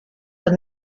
the